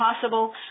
possible